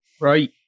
Right